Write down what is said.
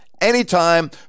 anytime